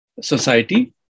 society